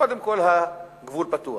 קודם כול, הגבול פתוח.